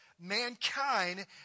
mankind